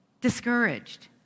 discouraged